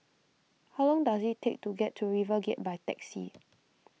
how long does it take to get to RiverGate by taxi